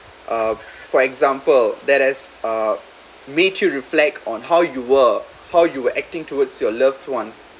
uh for example that as uh mature reflect on how you were how you were acting towards your loved ones